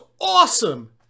awesome